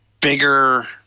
bigger